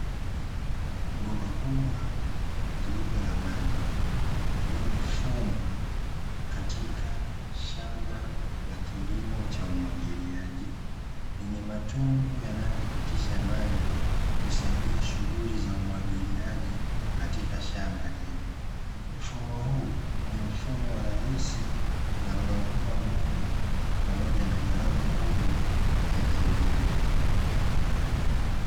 Bomba kubwa jeupe la maji, lililofungwa katika shamba la kilimo cha umwagiliaji, lenye matundu yanayopitisha maji kusaidia shughuli za umwagiliaji katika shamba hilo. Mfumo huu ni mfumo rahisi na unaokoa muda pamoja na gharama ya kilimo.